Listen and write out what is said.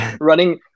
running